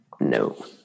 No